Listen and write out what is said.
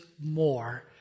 more